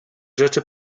rzeczy